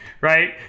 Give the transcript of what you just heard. right